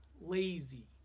lazy